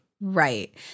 Right